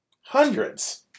hundreds